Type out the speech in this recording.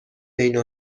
بین